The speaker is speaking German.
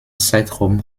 zeitraum